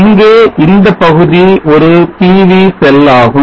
இங்கே இந்தப் பகுதி ஒருPV செல்லாகும்